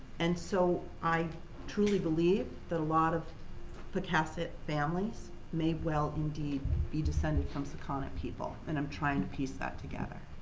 and so i truly believe that a lot of the pocasset families may well indeed be descended from sakonnet people. and i'm trying to piece that together.